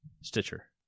Stitcher